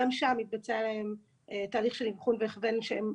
גם שם מתבצע להם תהליך של אבחון והכוון שהם